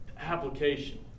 Application